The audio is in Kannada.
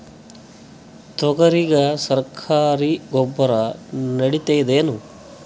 ತೊಗರಿಗ ಸರಕಾರಿ ಗೊಬ್ಬರ ನಡಿತೈದೇನು?